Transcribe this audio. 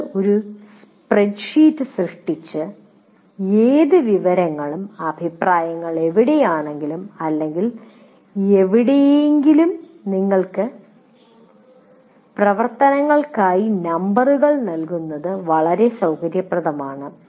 ഇന്ന് ഒരു സ്പ്രെഡ്ഷീറ്റ് സൃഷ്ടിച്ച് ഏത് വിവരങ്ങളും അഭിപ്രായങ്ങൾ എവിടെയാണെങ്കിലും അല്ലെങ്കിൽ എവിടെയെങ്കിലും നിങ്ങൾക്ക് പ്രവർത്തനങ്ങൾക്കായി നമ്പറുകൾ നൽകുന്നത് വളരെ സൌകര്യപ്രദമാണ്